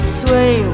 sway